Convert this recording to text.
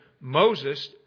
Moses